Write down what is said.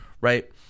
right